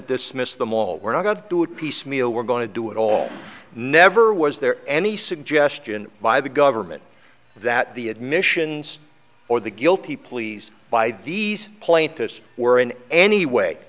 dismiss them all we're not going to do it piecemeal we're going to do it all never was there any suggestion by the government that the admissions or the guilty pleas by these plaintiffs were in any way